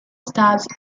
studs